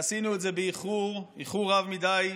עשינו את זה באיחור, איחור רב מדי.